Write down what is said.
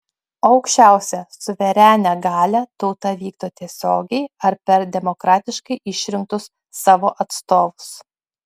aukščiausią suverenią galią tauta vykdo tiesiogiai ar per demokratiškai išrinktus savo atstovus